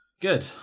Good